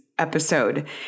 episode